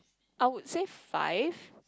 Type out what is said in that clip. I would say five